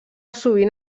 sovint